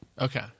Okay